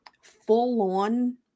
full-on